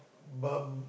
but